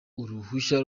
uruhushya